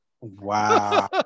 Wow